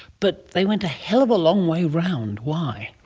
but they went a hell of a long way around. why?